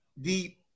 deep